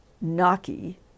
Naki